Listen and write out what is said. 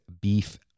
beef